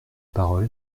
parole